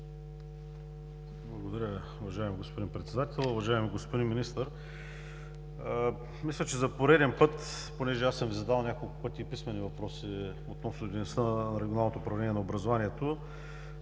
Благодаря, уважаеми господин Председател. Уважаеми господин Министър, мисля, че за пореден път – понеже съм Ви задавал няколко пъти и писмени въпроси относно дейността на Регионалното управление на образованието,